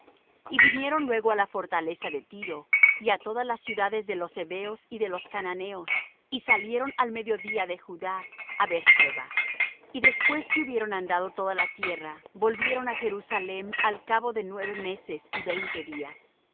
y vinieron luego á la fortaleza de tiro y á todas las ciudades de los heveos y de los cananeos y salieron al mediodía de judá á beer-seba y después que hubieron andado toda la tierra volvieron á jerusalem al cabo de nueve meses y veinte días